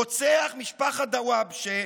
רוצח משפחת דוואבשה,